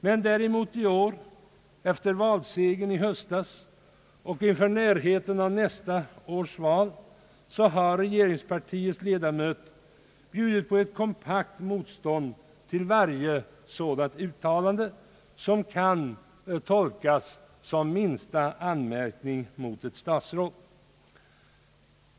Men däremot i år, efter valsegern i höstas och inför närheten av nästa års val, har regeringspartiets ledamöter bjudit ett kompakt motstånd mot varje sådant uttalande som kan tolkas som minsta anmärkning mot ett statsråd.